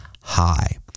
high